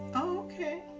okay